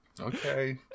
Okay